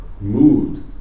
mood